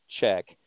Check